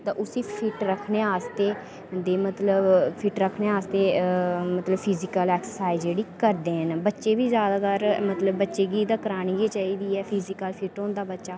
ता उसी फिट रक्खने आस्तै उं'दी मतलब फिट रक्खने आस्तै मतलब फिजिकल एक्सरसाइज जेह्ड़ी करदे न बच्चे बी ज्यादातर मतलब बच्चे गी तां करानी गै चाहिदी ऐ फिजिकल फिट होंदा बच्चा